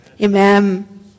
Amen